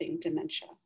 dementia